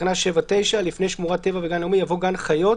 בתקנה 7(9) לפני "שמורת טבע וגן לאומי" יבוא "גן חיות,